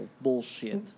bullshit